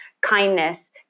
kindness